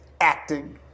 acting